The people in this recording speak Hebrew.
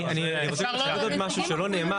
אני רוצה להגיד עוד משהו שלא נאמר.